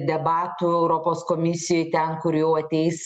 debatų europos komisijoj ten kur jau ateis